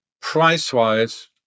price-wise